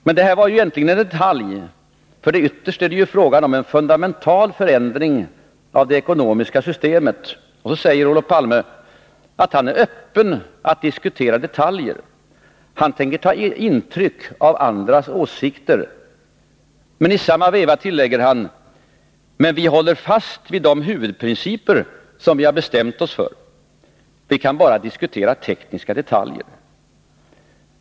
Men detta var egentligen en detalj, för ytterst är det ju fråga om en fundamental förändring av det ekonomiska systemet. Så säger Olof Palme att han är öppen för att diskutera detaljer, han tänker ta intryck av andras åsikter. I samma veva tillägger han: Vi håller fast vid de huvudprinciper som vi har bestämt oss för, vi kan bara diskutera tekniska detaljer.